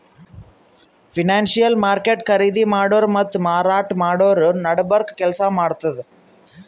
financial market ಖರೀದಿ ಮಾಡೋರ್ ಮತ್ತ್ ಮಾರಾಟ್ ಮಾಡೋರ್ ನಡಬರ್ಕ್ ಕೆಲ್ಸ್ ಮಾಡ್ತದ್